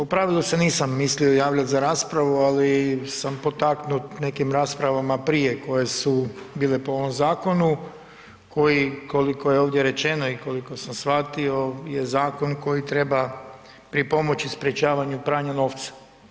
U pravilu se nisam mislio javljati za raspravu, ali sam potaknut nekim raspravama prije koje su bile po ovom zakonu koji koliko je ovdje rečeno i koliko sam shvatio je zakon koji treba pripomoći sprečavanju pranja novca.